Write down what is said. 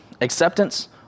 acceptance